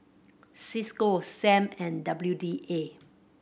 Cisco Sam and W D A